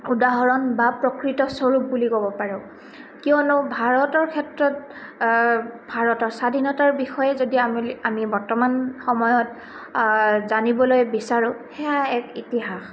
উদাহৰণ বা প্ৰকৃত স্বৰূপ বুলি ক'ব পাৰোঁ কিয়নো ভাৰতৰ ক্ষেত্ৰত ভাৰতৰ স্বাধীনতাৰ বিষয়ে যদি আম আমি বৰ্তমান সময়ত জানিবলৈ বিচাৰোঁ সেয়া এক ইতিহাস